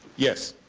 yes,